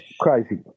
crazy